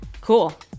Cool